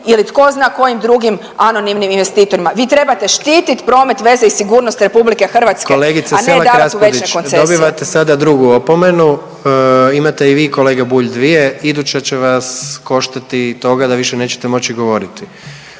ili tko zna kojim drugim anonimnim investitorima. Vi trebate štiti promet, veze i sigurnost RH …/Upadica: Kolegice Selak Raspudić./… a ne davat u vječne koncesije. **Jandroković, Gordan (HDZ)** Dobivate sada drugu opomenu. Imate i vi kolega Bulj dvije, iduća će vas koštati toga da više nećete moći govoriti